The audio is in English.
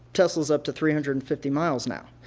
tesla's up to three hundred and fifty miles now